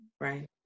Right